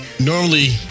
Normally